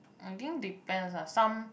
I think depends lah some